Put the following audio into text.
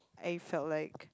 I felt like